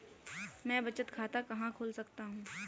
मैं बचत खाता कहाँ खोल सकता हूँ?